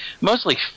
mostly